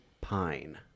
Pine